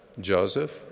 Joseph